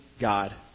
God